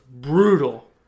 brutal